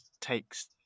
takes